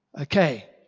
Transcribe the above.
Okay